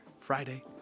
Friday